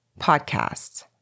podcasts